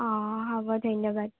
অ হ'ব ধন্যবাদ